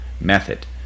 method